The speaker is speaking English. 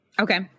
Okay